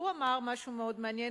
הוא אמר משהו מאוד מעניין.